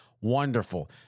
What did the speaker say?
Wonderful